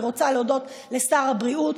אני רוצה להודות לשר הבריאות,